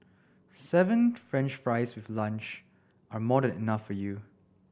seven French fries with lunch are more than enough for you